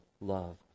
love